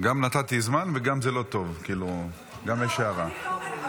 גם נתתי זמן, וגם זה לא טוב, גם יש הערה.